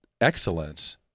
excellence